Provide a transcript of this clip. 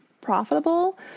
profitable